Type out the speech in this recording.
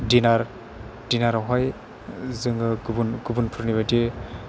दिनारावहाय जोङो गुबुन फोरनि बायदि